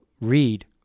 read